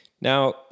Now